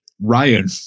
Ryan